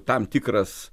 tam tikras